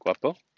Guapo